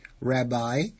Rabbi